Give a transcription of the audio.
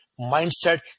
mindset